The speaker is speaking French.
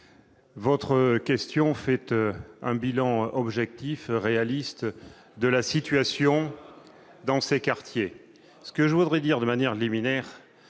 votre question dresse un bilan objectif et réaliste de la situation dans ces quartiers. Ce que je veux dire de manière liminaire,